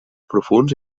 profunds